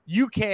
uk